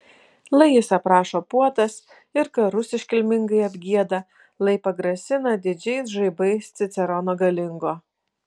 lai jis aprašo puotas ir karus iškilmingai apgieda lai pagrasina didžiais žaibais cicerono galingo